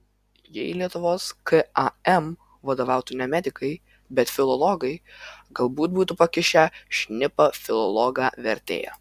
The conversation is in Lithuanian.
jei lietuvos kam vadovautų ne medikai bet filologai galbūt būtų pakišę šnipą filologą vertėją